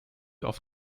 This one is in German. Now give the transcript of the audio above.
auf